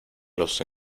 los